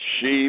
sheep